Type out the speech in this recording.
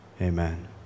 Amen